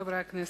חברי הכנסת,